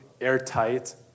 airtight